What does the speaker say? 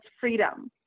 freedom